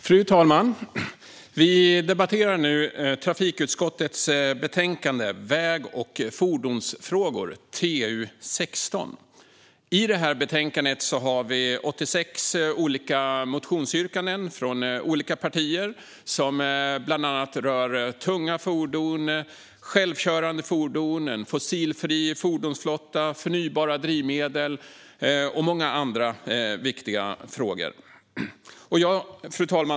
Fru talman! Vi debatterar nu trafikutskottets betänkande TU16 Väg och fordonsfrågor . I betänkandet har vi 86 olika motionsyrkanden från olika partier. Det rör bland annat tunga fordon, självkörande fordon, en fossilfri fordonsflotta, förnybara drivmedel och många andra viktiga frågor. Fru talman!